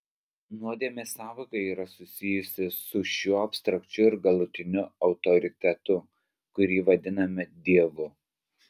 nuodėmės sąvoka yra susijusi su šiuo abstrakčiu ir galutiniu autoritetu kurį vadiname dievu